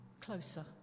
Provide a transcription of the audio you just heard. closer